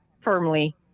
firmly